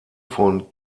von